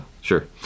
Sure